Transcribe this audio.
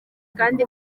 kandi